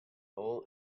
all